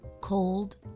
Cold